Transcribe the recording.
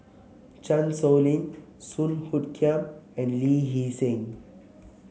Chan Sow Lin Song Hoot Kiam and Lee Hee Seng